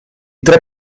tre